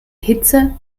hitze